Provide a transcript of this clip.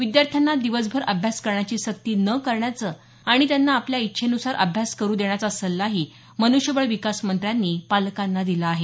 विद्यार्थ्यांना दिवसभर अभ्यास करण्याची सक्ती न करण्याचं आणि त्यांना आपल्या इच्छेनुसार अभ्यास करू देण्याचा सल्लाही मनुष्यबळ विकास मंत्र्यांनी पालकांना दिला आहे